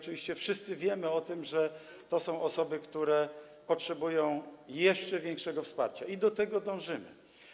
Oczywiście wszyscy wiemy o tym, że to są osoby, które potrzebują jeszcze większego wsparcia i do tego dążymy.